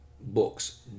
books